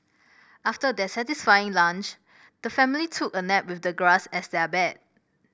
after their satisfying lunch the family took a nap with the grass as their bed